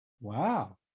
Wow